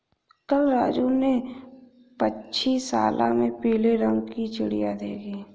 कल राजू ने पक्षीशाला में पीले रंग की चिड़िया देखी